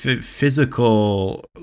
physical